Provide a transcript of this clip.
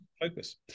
focus